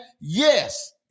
yes